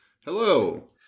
Hello